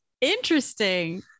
Interesting